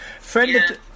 Friend